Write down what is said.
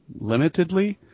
Limitedly